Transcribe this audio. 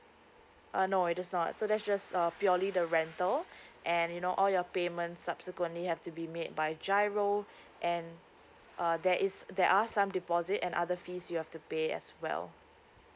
uh no it is not so that's just a purely the rental and you know all your payment subsequently have to be made by GIRO and uh there is there are some deposit and other fees you have to pay as well